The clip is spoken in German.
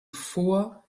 vor